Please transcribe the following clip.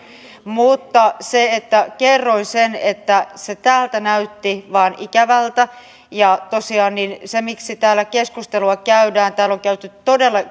mutta kerroin sen että se täältä vain näytti ikävältä tosiaan se miksi täällä keskustelua käydään täällä on todella